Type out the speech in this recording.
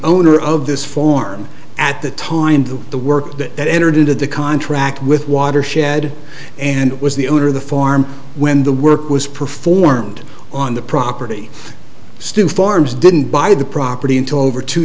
owner of this form at the time to the work that entered into the contract with watershed and was the owner of the farm when the work was performed on the property stu farms didn't buy the property until over two